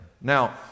Now